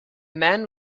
man